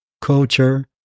culture